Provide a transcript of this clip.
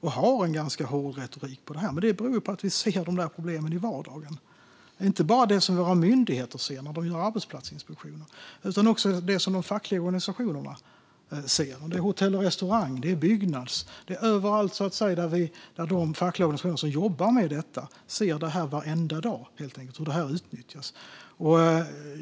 och har en ganska hård retorik när det gäller det här. Men det beror ju på att vi ser dessa problem i vardagen. Och det gäller inte bara det som våra myndigheter ser när de gör arbetsplatsinspektioner utan också det som de fackliga organisationerna ser. Hotell och restaurang ser det, och Byggnads ser det överallt. De fackliga organisationerna som jobbar med detta ser det här varenda dag, helt enkelt. De ser hur systemet utnyttjas.